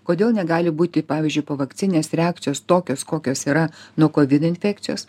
kodėl negali būti pavyzdžiui povakcinės reakcijos tokios kokios yra nuo kovid infekcijos